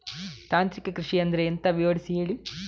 ತಾಂತ್ರಿಕ ಕೃಷಿ ಅಂದ್ರೆ ಎಂತ ವಿವರಿಸಿ ಹೇಳಿ